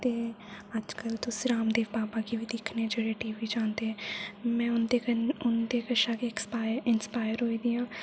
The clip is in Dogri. ते अज्जकल तुस रामदेव बाबा गी बी दिक्खने जेह्ड़े टी वी च आंदे में उं'दे कन्नै उं'दे कशा गै इंस्पायर होई दी आं